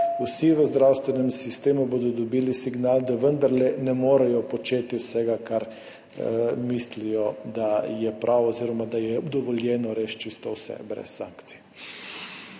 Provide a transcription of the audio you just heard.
vsi v zdravstvenem sistemu bodo dobili signal, da vendarle ne morejo početi vsega, kar mislijo, da je prav, oziroma da je dovoljeno res čisto vse brez sankcij.